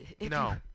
No